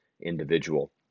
individual